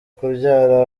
kubyara